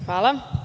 Hvala.